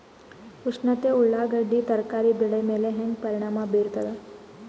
ಉಷ್ಣತೆ ಉಳ್ಳಾಗಡ್ಡಿ ತರಕಾರಿ ಬೆಳೆ ಮೇಲೆ ಹೇಂಗ ಪರಿಣಾಮ ಬೀರತದ?